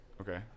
Okay